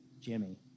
Jimmy